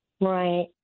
right